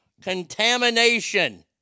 contamination